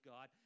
God